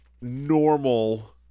normal